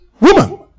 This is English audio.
Woman